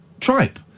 tripe